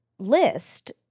list